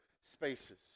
spaces